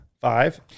Five